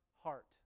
heart